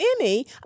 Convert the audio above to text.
Emmy